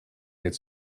its